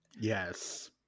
Yes